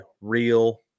real